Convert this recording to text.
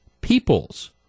Peoples